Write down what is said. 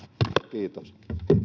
kiitos